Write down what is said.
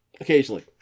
occasionally